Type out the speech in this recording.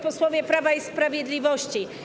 Posłowie Prawa i Sprawiedliwości!